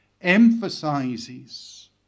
emphasizes